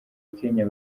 kenya